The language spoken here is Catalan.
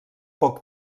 poc